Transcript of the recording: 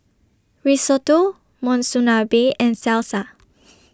Risotto Monsunabe and Salsa